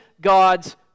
God's